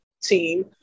team